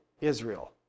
Israel